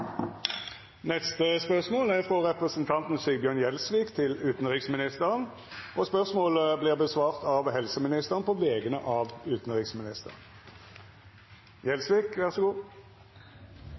frå representanten Sigbjørn Gjelsvik til utanriksministeren, vil verta svara på av helse- og omsorgsministeren på vegner av utanriksministeren,